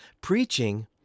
Preaching